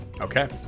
okay